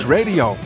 Radio